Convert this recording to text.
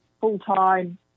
full-time